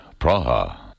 Praha